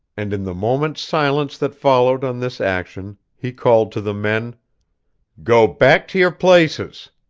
and in the moment's silence that followed on this action, he called to the men go back to your places.